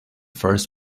first